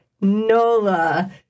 Nola